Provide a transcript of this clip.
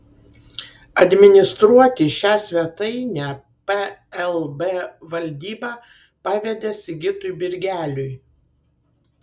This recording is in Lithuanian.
administruoti šią svetainę plb valdyba pavedė sigitui birgeliui